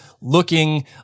looking